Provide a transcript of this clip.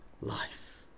life